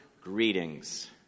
greetings